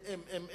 אם ואם ואם,